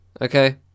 Okay